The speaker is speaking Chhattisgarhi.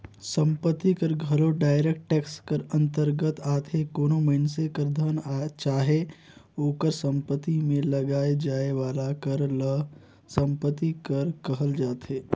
संपत्ति कर घलो डायरेक्ट टेक्स कर अंतरगत आथे कोनो मइनसे कर धन चाहे ओकर सम्पति में लगाए जाए वाला कर ल सम्पति कर कहल जाथे